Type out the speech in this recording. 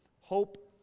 hope